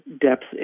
depth